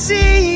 See